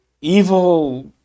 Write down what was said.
evil